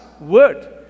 word